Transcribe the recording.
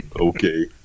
Okay